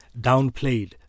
downplayed